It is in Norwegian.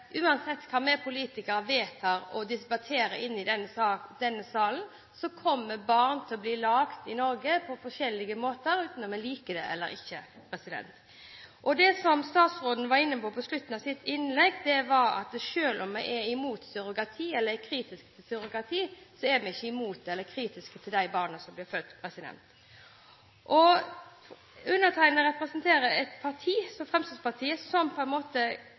uansett hva vi politikere vedtar og diskuterer i denne salen, kommer barn til å bli laget i Norge, på forskjellige måter, enten vi liker det eller ikke. Det som statsråden var inne på i slutten av sitt innlegg, var at selv om vi er imot eller er kritiske til surrogati, så er vi ikke imot eller kritiske til de barna som blir født. Undertegnede representerer et parti, Fremskrittspartiet, som